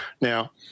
Now